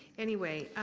anyway